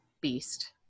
beast